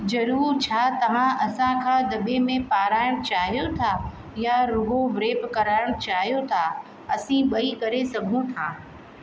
ज़रूरु छा तव्हां असां खां दॿे में पाराइण चाहियो था या रुॻो व्रेप कराइणु चाहियो था असीं ॿई करे सघूं था